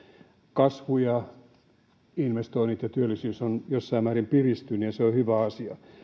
kasvu investoinnit ja työllisyys ovat jossain määrin piristyneet ja se on on hyvä asia